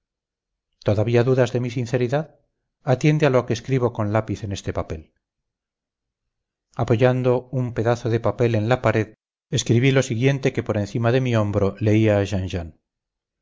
todavía dudas de mi sinceridad atiende a lo que escribo con lápiz en este papel apoyando un pedazo de papel en la pared escribí lo siguiente que por encima de mi hombro leía